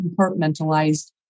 compartmentalized